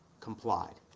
compliance